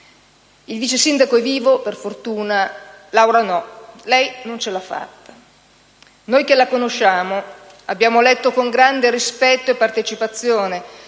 Il vice sindaco è vivo, per fortuna. Laura no, lei non ce l'ha fatta. Noi che la conoscevamo abbiamo letto con grande rispetto e partecipazione